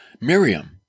Miriam